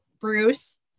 bruce